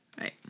Right